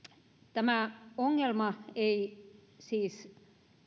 tämä ongelma ei siis